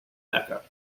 mecca